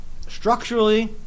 structurally